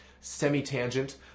Semi-tangent